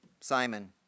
Simon